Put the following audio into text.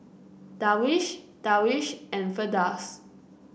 Darwish Darwish and Firdaus